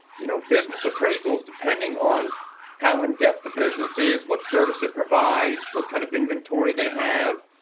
you know business appraisals depending on how in depth a business is, what service it provides, what kind of inventory they have,